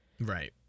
Right